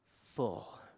full